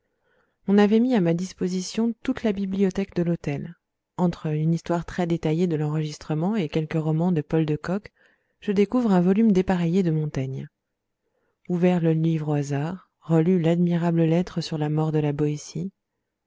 on a mis à ma disposition toute la bibliothèque de l'hôtel entre une histoire très détaillée de l'enregistrement et quelques romans de paul de kock je découvre un volume dépareillé de montaigne ouvert le livre au hasard relu l'admirable lettre sur la mort de la boétie